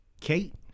Kate